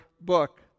book